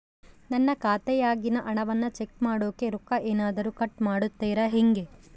ನನ್ನ ಖಾತೆಯಾಗಿನ ಹಣವನ್ನು ಚೆಕ್ ಮಾಡೋಕೆ ರೊಕ್ಕ ಏನಾದರೂ ಕಟ್ ಮಾಡುತ್ತೇರಾ ಹೆಂಗೆ?